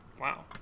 Wow